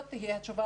זאת תהיה התשובה,